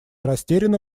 растерянно